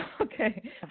okay